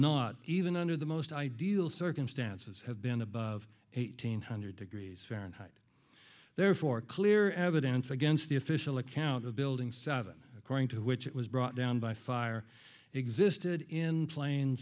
not even under the most ideal circumstances have been above eighteen hundred degrees fahrenheit therefore clear evidence against the official account of building seven according to which it was brought down by fire existed in plain